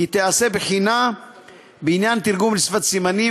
כי תיעשה בחינה בעניין תרגום לשפת הסימנים,